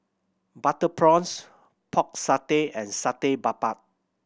butter prawns Pork Satay and Satay Babat